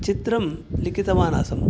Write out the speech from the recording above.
चित्रं लिखितवान् आसम्